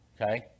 Okay